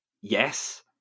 Yes